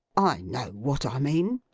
i know what i mean.